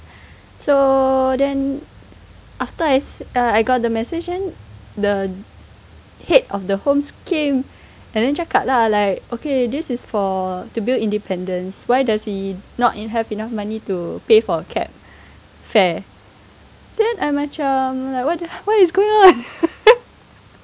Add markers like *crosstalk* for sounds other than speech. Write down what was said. so then after I uh I got the message then the head of the homes came and then cakap lah like okay this is for to build independence why does he not have enough money to pay for a cab fare then I macam like what what is going on *laughs*